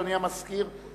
אדוני המזכיר,